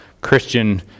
Christian